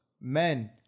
Men